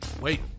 wait